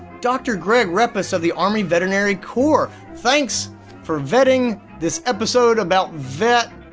dr. greg reppas of the army veterinary corps. thanks for vetting this episode about vet.